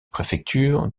préfecture